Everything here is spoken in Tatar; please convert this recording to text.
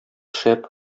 шәп